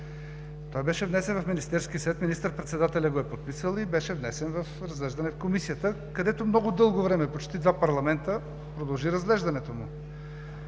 Той беше внесен в Министерския съвет. Министър-председателят го е подписал и беше внесен за разглеждане в Комисията, където много дълго време – почти два парламента – продължи разглеждането му.